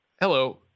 Hello